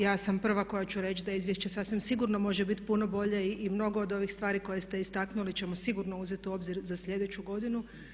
Ja sam prva koja ću reći da izvješće sasvim sigurno može biti puno bolje i mnogo od ovih stvari koje ste istaknuli ćemo sigurno uzeti u obzir za slijedeću godinu.